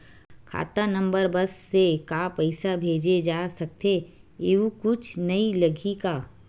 खाता नंबर बस से का पईसा भेजे जा सकथे एयू कुछ नई लगही का?